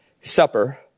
supper